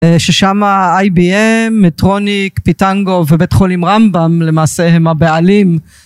ששמה אייביים, מטרוניק, פיטנגו ובית חולים רמבם למעשה הם הבעלים